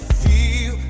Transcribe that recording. feel